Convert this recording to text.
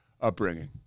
upbringing